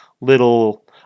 little